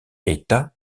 état